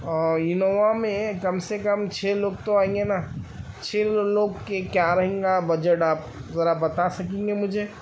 اور انووا میں کم سے کم چھ لوگ تو آئیں گے نا چھ لوگ کے کیا رہیں گا بجٹ آپ ذرا بتا سکیں گے مجھے